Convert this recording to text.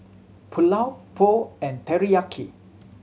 Pulao Pho and Teriyaki